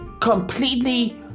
completely